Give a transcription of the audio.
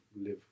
live